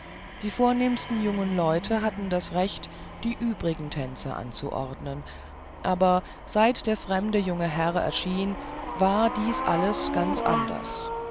die vornehmsten jungen leute hatten das recht die übrigen tänze anzuordnen aber seit der fremde junge herr erschien war dies alles ganz anders